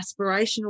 aspirational